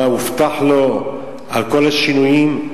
מה הובטח לו על כל השינויים.